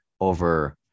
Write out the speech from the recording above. over